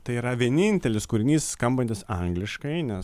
tai yra vienintelis kūrinys skambantis angliškai nes